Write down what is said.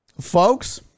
Folks